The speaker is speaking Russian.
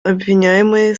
обвиняемый